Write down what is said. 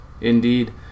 Indeed